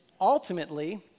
ultimately